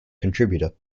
contributor